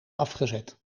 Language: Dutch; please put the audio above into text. afgezet